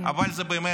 אבל באמת,